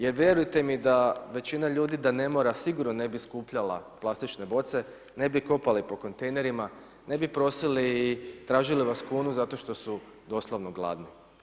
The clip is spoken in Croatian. Jer vjerujte mi da većina ljudi da ne mora, sigurno ne bi skupljala plastične boce, ne bi kopali po kontejnerima, ne bi prosili, tražili vas kunu zato što su doslovno gladni.